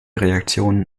reaktionen